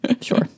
Sure